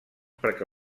perquè